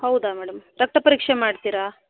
ಹೌದಾ ಮೇಡಂ ರಕ್ತ ಪರೀಕ್ಷೆ ಮಾಡ್ತೀರಾ